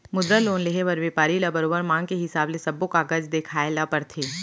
मुद्रा लोन लेहे बर बेपारी ल बरोबर मांग के हिसाब ले सब्बो कागज देखाए ल परथे